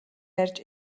ярьж